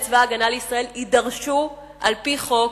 צבא-הגנה לישראל יידרשו על-פי חוק